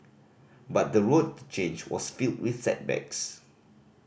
but the road to change was filled with setbacks